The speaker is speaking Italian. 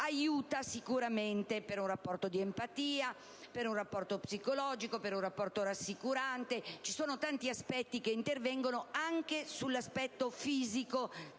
aiuta sicuramente per un rapporto di empatia, per un rapporto psicologico, per un rapporto rassicurante; ci sono tanti aspetti che intervengono anche sull'aspetto fisico